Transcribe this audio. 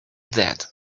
that